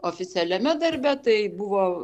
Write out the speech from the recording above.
oficialiame darbe tai buvo